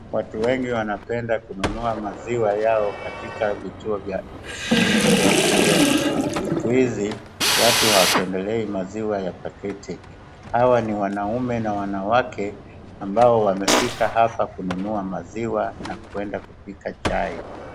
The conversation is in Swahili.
Watu wengi wanapenda kununua maziwa yao katika vituo ya milk ATM.Siku hizi watu hawapendelei maziwa ya paketi, hawa ni wanaume na wanawake ambao wamefika hapa kununua maziwa na kwenda kupika chai.